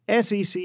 SEC